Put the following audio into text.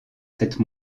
cette